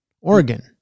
Oregon